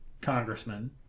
congressman